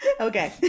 Okay